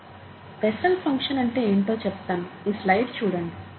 Bessel function Bessel's function అంటే ఏంటో చెప్తాను ఈ స్లయిడ్ చూడండి